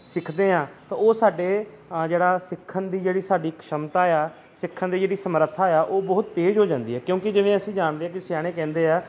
ਸਿੱਖਦੇ ਹਾਂ ਤਾਂ ਉਹ ਸਾਡੇ ਜਿਹੜਾ ਸਿੱਖਣ ਦੀ ਜਿਹੜੀ ਸਾਡੀ ਸ਼ਮਤਾ ਆ ਸਿੱਖਣ ਦੀ ਜਿਹੜੀ ਸਮਰੱਥਾ ਆ ਉਹ ਬਹੁਤ ਤੇਜ਼ ਹੋ ਜਾਂਦੀ ਹੈ ਕਿਉਂਕਿ ਜਿਵੇਂ ਅਸੀਂ ਜਾਣਦੇ ਹਾਂ ਕਿ ਸਿਆਣੇ ਕਹਿੰਦੇ ਆ